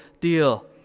deal